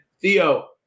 Theo